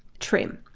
trim,